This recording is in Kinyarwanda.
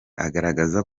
agaragaza